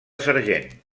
sergent